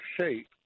shape